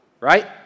right